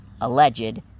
alleged